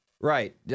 Right